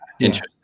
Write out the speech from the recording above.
Interesting